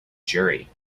jury